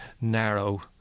narrow